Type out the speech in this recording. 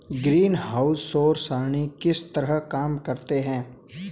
greenhouse सौर सरणी किस तरह काम करते हैं